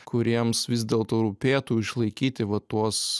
kuriems vis dėlto rūpėtų išlaikyti va tuos